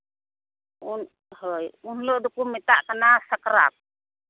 ᱦᱳᱭ ᱩᱱᱦᱤᱞᱚᱜ ᱫᱚᱠᱚ ᱢᱮᱛᱟᱜ ᱠᱟᱱᱟ ᱥᱟᱠᱨᱟᱛ